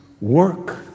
work